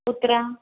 कुत्र